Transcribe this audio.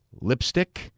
lipstick